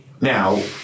Now